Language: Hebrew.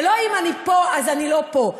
זה לא אם אני פה אז אני לא פה,